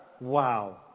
Wow